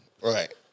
right